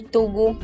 Togo